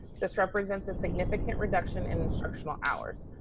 this represents a significant reduction in instructional hours.